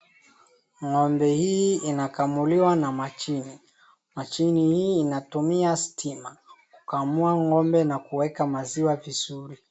Ng'ombe hii inakamuliwa na mashini. Mashini hii inatumia stima kukamua ng'ombe na kuweka maziwa vizuri.